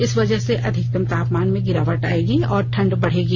इस वजह से अधिकतम तापमान में गिरावट आएगी और ठंड बढ़ेगी